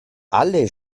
alle